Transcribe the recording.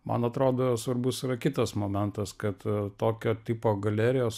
man atrodo svarbus yra kitas momentas kad tokio tipo galerijos